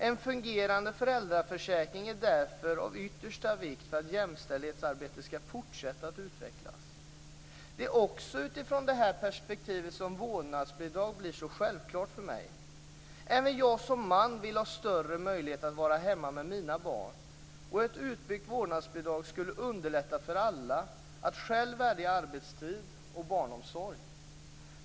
En fungerande föräldraförsäkring är därför av yttersta vikt för att jämställdhetsarbetet skall fortsätta att utvecklas. Det är också utifrån det här perspektivet som vårdnadsbidrag blir så självklart för mig. Även jag som man vill ha större möjlighet att vara hemma med mina barn. Och ett utbyggt vårdnadsbidrag skulle underlätta för alla att själva välja arbetstid och barnomsorg.